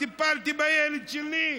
טיפלתי בילד שלי,